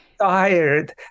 tired